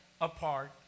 apart